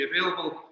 available